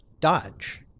Dodge